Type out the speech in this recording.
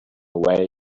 way